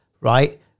Right